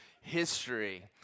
history